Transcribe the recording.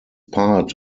part